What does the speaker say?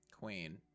queen